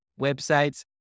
websites